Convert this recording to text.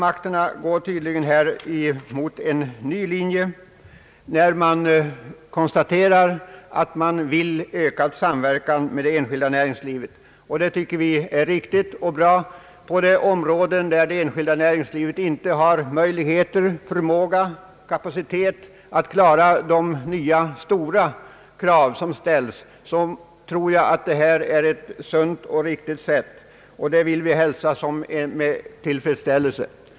Regeringen går här tydligen in för en ny linje, när man konstaterar att man vill ökad samverkan med det enskilda näringslivet. Vi tycker det är riktigt och bra med statliga insatser på de områden, där det enskilda näringslivet inte har möjligheter, förmåga och kapacitet att klara de nya stora krav som ställs.